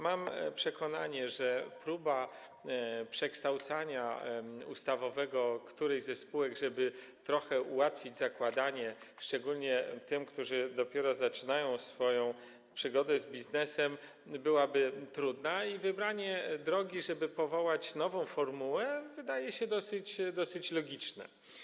Mam przekonanie, że próba przekształcenia ustawowego którejś ze spółek, żeby trochę ułatwić jej zakładanie, szczególnie tym, którzy dopiero zaczynają swoją przygodę z biznesem, byłaby trudna i wybranie drogi, żeby powołać nową formułę, wydaje się dosyć logiczne.